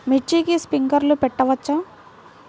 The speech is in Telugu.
మిర్చికి స్ప్రింక్లర్లు పెట్టవచ్చా?